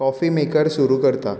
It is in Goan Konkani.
काॅफी मेकर सुरू करता